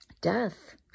death